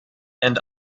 and